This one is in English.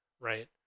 right